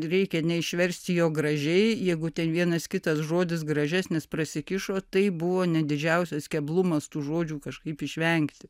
reikia neišversti jo gražiai jeigu ten vienas kitas žodis gražesnis prasikišo tai buvo ne didžiausias keblumas tų žodžių kažkaip išvengti